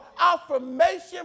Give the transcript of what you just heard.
affirmation